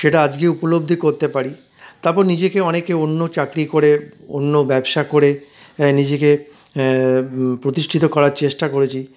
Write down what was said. সেটা আজকে উপলব্ধি করতে পারি তারপর নিজেকে অনেক অন্য চাকরি করে অন্য ব্যবসা করে নিজেকে প্রতিষ্ঠিত করার চেষ্টা করেছি